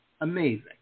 amazing